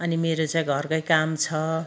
अनि मेरो चाहिँ घरकै काम छ